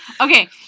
Okay